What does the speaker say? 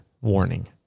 warning